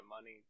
money